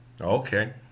Okay